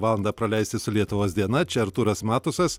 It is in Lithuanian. valandą praleisti su lietuvos diena čia artūras matusas